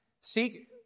seek